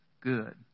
good